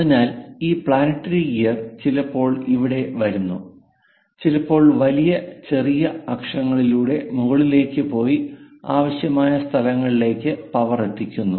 അതിനാൽ ഈ planetary gear ചിലപ്പോൾ ഇവിടെ വരുന്നു ചിലപ്പോൾ വലിയ ചെറിയ അക്ഷങ്ങളിലൂടെ മുകളിലേക്ക് പോയി ആവശ്യമായ സ്ഥലങ്ങളിലേക്ക് പവർ എത്തിക്കുന്നു